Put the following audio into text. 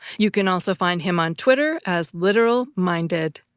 you can also find him on twitter as literalminded.